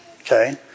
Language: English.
okay